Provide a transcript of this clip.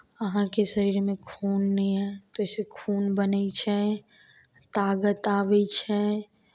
अहाँके शरीरमे खून नहि हइ तऽ ओहिसँ खून बनै छै तागत आबै छै